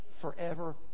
forever